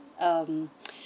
um